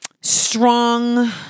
strong